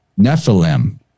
Nephilim